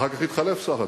אחר כך התחלף שר התחבורה,